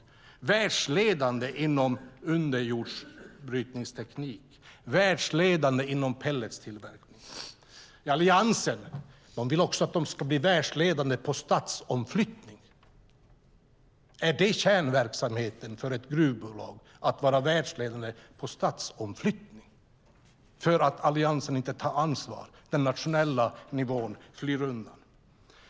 Det är världsledande inom underjordsbrytningsteknik och pelletstillverkning. Alliansen vill att det också ska bli världsledande på stadsomflyttning. Är det kärnverksamheten för ett gruvbolag att vara världsledande på stadsomflyttning, för att Alliansen inte tar ansvar och den nationella nivån flyr undan?